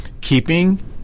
keeping